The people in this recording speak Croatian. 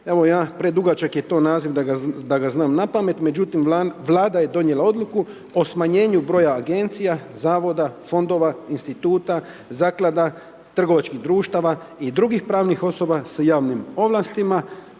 evo predugačak je to naziv da ga znam napamet, međutim vlada je donijela odluku o smanjenju broja agencija, zavoda, fondova, instituta, zaklada, trgovačkih društava i drugih pravnih osoba sa javnim ovlastima.